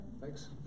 Thanks